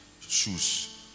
shoes